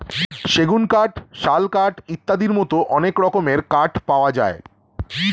সেগুন কাঠ, শাল কাঠ ইত্যাদির মতো অনেক রকমের কাঠ পাওয়া যায়